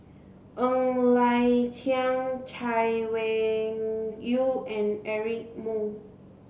Ng Liang Chiang Chay Weng Yew and Eric Moo